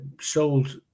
sold